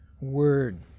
word